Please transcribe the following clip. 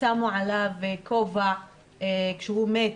שמו עליו כובע כשהוא מת.